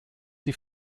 die